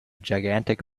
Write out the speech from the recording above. gigantic